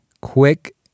quick